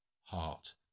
heart